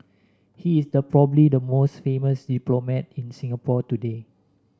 he is the probably the most famous diplomat in Singapore today